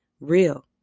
real